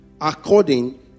according